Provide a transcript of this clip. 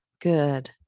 Good